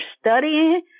studying